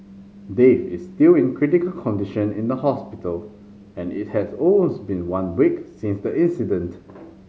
Dave is still in critical condition in the hospital and it has almost been one week since the incident